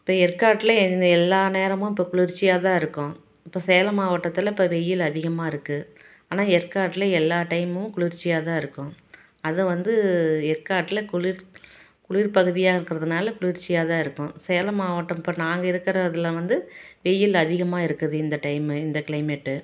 இப்போ ஏற்காட்ல எந் எல்லா நேரமும் இப்போ குளிர்ச்சியாக தான் இருக்கும் இப்போ சேலம் மாவட்டத்தில் இப்போ வெயில் அதிகமாக இருக்குது ஆனால் ஏற்காட்ல எல்லா டைமும் குளிர்ச்சியாக தான் இருக்கும் அதை வந்து ஏற்காட்ல குளிர் குளிர் பகுதியாக இருக்கறதுனால் குளிர்ச்சியாக தான் இருக்கும் சேலம் மாவட்டம் இப்போ நாங்கள் இருக்கிற இதில் வந்து வெயில் அதிகமாக இருக்குது இந்த டைமு இந்த க்ளைமேட்டு